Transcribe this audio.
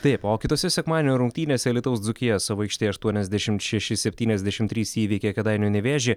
taip o kitose sekmadienio rungtynėse alytaus dzūkija savo aikštėje aštuoniasdešimt šeši septyniasdešimt trys įveikė kėdainių nevėžį